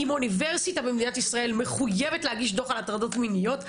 אם אוניברסיטה במדינת ישראל מחויבת להגיש דוח על הטרדות מיניות,